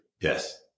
yes